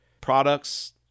products